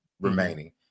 remaining